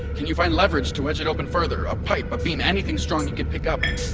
can you find leverage to wedge it open further? a pipe, a beam, anything strong you can pick upjacki